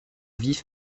vifs